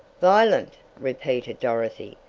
violent! repeated dorothy,